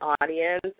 audience